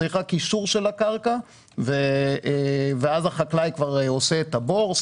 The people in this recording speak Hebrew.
צריך רק יישור של הקרקע ואז החקלאי כבר עושה את הבור,